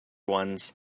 ones